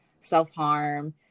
self-harm